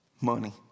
Money